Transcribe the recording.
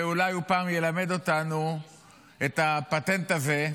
אולי פעם הוא ילמד אותנו את הפטנט הזה,